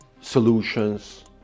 solutions